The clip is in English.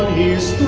is